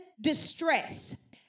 distress